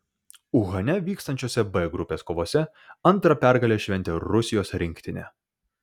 uhane vykstančiose b grupės kovose antrą pergalę šventė rusijos rinktinė